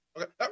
okay